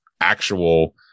actual